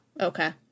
Okay